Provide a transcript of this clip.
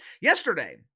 Yesterday